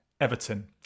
Everton